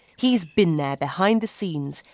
he's been there behind the scenes,